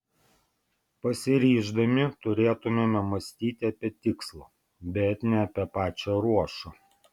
pasiryždami turėtumėme mąstyti apie tikslą bet ne apie pačią ruošą